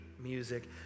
music